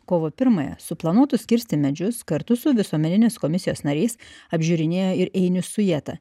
kovo pirmąją suplanuotus kirsti medžius kartu su visuomeninės komisijos nariais apžiūrinėjo ir einius sujeta